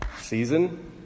season